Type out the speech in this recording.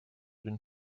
d’une